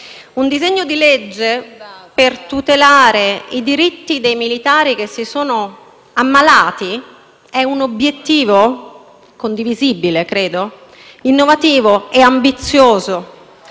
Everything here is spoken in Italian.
Un disegno di legge per tutelare i diritti dei militari che si sono ammalati è un obiettivo condivisibile - credo - innovativo e ambizioso